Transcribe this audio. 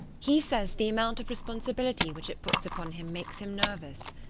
he says the amount of responsibility which it puts upon him makes him nervous.